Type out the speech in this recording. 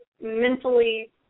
mentally